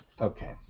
Okay